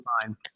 fine